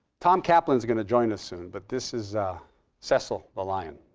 tom kaplan is going to join us soon, but this is cecil the lion.